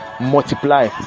Multiply